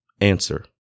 Answer